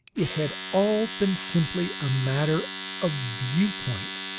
it had all been simply a matter of view-point.